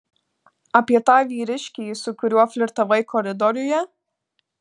apie tą vyriškį su kuriuo flirtavai koridoriuje